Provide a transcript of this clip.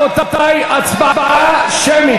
הצבעה שמית.